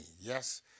Yes